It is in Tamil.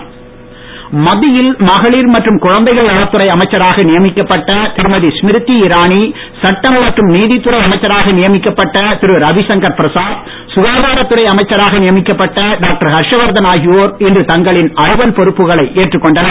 பொறுப்பேற்பு மத்தியில் மகளிர் மற்றும் குழந்தைகள் நலத்துறை அமைச்சராக நியமிக்கப்பட்ட திருமதி ஸ்மிரிதி இரானி சட்டம் மற்றும் நீதித்துறை அமைச்சராக நியமிக்கப்பட்ட திரு ரவிசங்கர் பிரசாத் சுகாதார அமைச்சராக நியமிக்கப்பட்ட டாக்டர் ஹர்ஷவர்தன் ஆகியோர் இன்று தங்களின் அலுவல் பொறுப்புகளை ஏற்றுக் கொண்டனர்